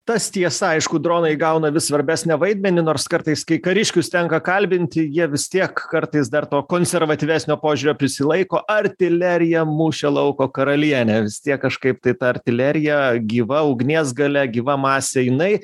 tas tiesa aišku dronai gauna vis svarbesnį vaidmenį nors kartais kai kariškius tenka kalbinti jie vis tiek kartais dar to konservatyvesnio požiūrio prisilaiko artilerija mūšio lauko karalienė vis tiek kažkaip tai ta artilerija gyva ugnies galia gyva masė jinai